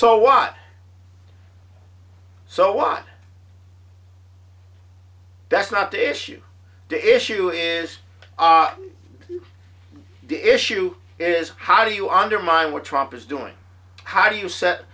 so what so what that's not the issue the issue is the issue is how do you undermine what trump is doing how do you set